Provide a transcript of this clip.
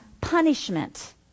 punishment